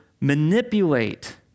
manipulate